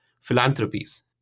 Philanthropies